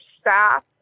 staff